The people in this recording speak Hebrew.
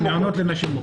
מעונות לנשים מוכות.